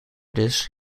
this